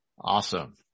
Awesome